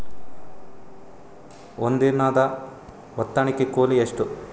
ಒಂದಿನದ ಬಿತ್ತಣಕಿ ಕೂಲಿ ಎಷ್ಟ?